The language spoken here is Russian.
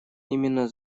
именно